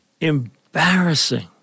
embarrassing